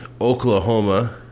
Oklahoma